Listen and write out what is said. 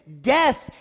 death